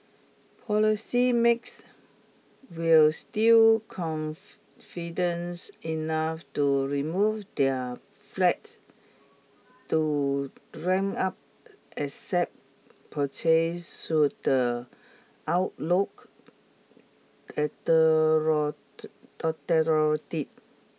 policy makes will still confidence enough to remove their flight to ramp up asset purchases should the outlook